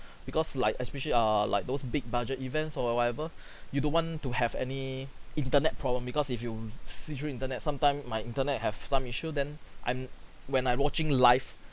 because like especially err like those big-budget events or what whatever you don't want to have any internet problem because if you see through internet sometime my internet have some issue then I'm when I'm watching live